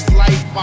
life